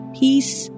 peace